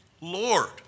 Lord